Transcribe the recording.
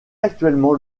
actuellement